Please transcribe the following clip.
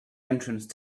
entrance